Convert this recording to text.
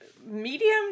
medium